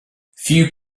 few